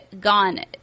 gone